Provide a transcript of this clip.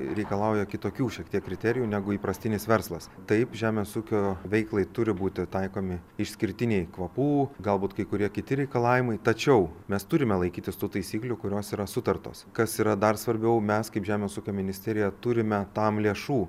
reikalauja kitokių šiek tiek kriterijų negu įprastinis verslas taip žemės ūkio veiklai turi būti taikomi išskirtiniai kvapų galbūt kai kurie kiti reikalavimai tačiau mes turime laikytis tų taisyklių kurios yra sutartos kas yra dar svarbiau mes kaip žemės ūkio ministerija turime tam lėšų